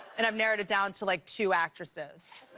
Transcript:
and i've narrowed itown to like two actresses.